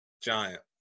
giant